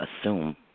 assume